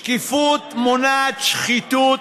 שקיפות מונעת שחיתות,